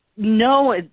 No